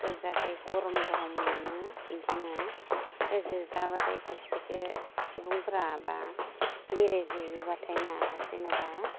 गोजा जायो गरम गरम मोनो बिदिनो बे जोजाबाथाय खायसे खायसे सुबुंफोरा बा बेरे जोयोबाथाय ना जेनेबा